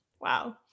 wow